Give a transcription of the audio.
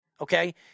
okay